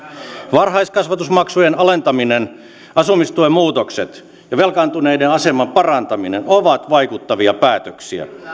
varhaiskasvatusmaksujen alentaminen asumistuen muutokset ja velkaantuneiden aseman parantaminen ovat vaikuttavia päätöksiä